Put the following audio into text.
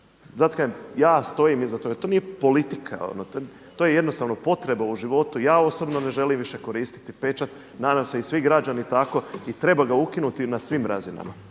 Zato kažem, ja stojim iza toga, to nije politika, to je jednostavno potreba u životu. Ja osobno ne želim više koristiti pečat, nadam se i svi građani tako i treba ga ukinuti na svim razinama.